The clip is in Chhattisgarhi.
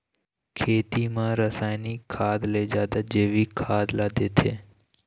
खेती म रसायनिक खाद ले जादा जैविक खाद ला देथे